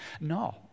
No